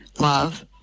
love